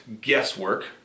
guesswork